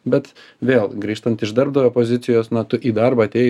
bet vėl grįžtant iš darbdavio pozicijos na tu į darbą atėjai